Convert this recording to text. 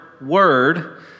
word